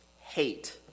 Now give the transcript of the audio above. hate